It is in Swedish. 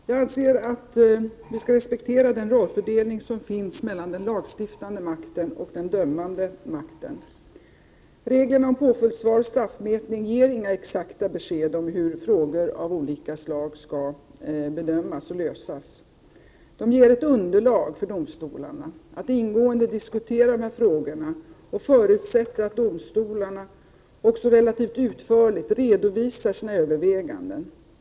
Herr talman! Jag anser att vi skall respektera den rollfördelning som finns mellan den lagstiftande makten och den dömande makten. Reglerna om påföljdsval och straffmätning ger inga exakta besked om hur frågor av olika slag skall bedömas och lösas. De skapar underlag för domstolarna att ingående diskutera dessa frågor, och det förutsätts att domstolarna relativt utförligt redovisar sina överväganden.